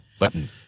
button